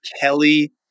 Kelly